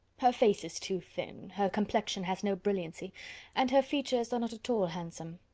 her face is too thin her complexion has no brilliancy and her features are not at all handsome.